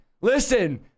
listen